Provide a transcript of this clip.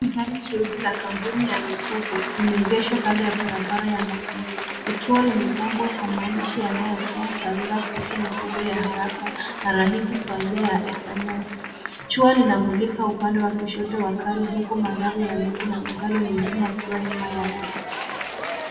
Gari jeupe la kampuni ya mikopo imeegeshwa kando ya barabara ya mavumbi, likiwa limepambwa kwa maandishi yanayotoa taarifa kuhusu mikopo ya haraka na rahisi, kwa njia ya SMS . Jua linamulika upande wa kushoto wa gari huku mandhari ya miti na magari mengine yakiwa nyuma yake.